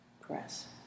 press